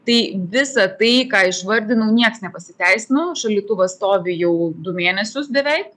tai visa tai ką išvardinau nieks nepasiteisino šaldytuvas stovi jau du mėnesius beveik